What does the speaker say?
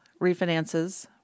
refinances